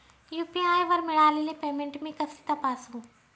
UPI वर मिळालेले payment मी कसे तपासू?